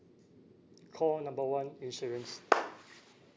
call number one insurance